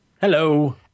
Hello